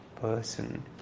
person